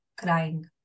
crying